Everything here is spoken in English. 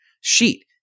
sheet